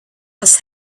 was